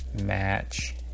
match